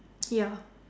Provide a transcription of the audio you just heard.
ya